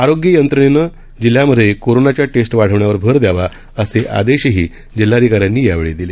आरोग्य यंत्रणेन जिल्ह्यामध्ये कोरोनाच्या टेस्ट वाढविण्यावर भर द्यावा असे आदेशही जिल्हाधिका यांनी यावेळी दिले